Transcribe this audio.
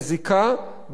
מזיקה,